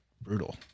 brutal